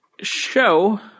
show